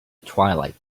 twilight